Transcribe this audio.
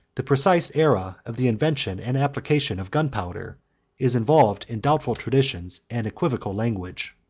the precise aera of the invention and application of gunpowder is involved in doubtful traditions and equivocal language